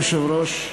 אדוני היושב-ראש,